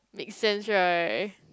makes sense right